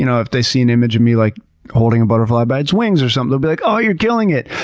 you know if they see an image of me like holding a butterfly by its wings or something, they'll be like, oh, you're killing it!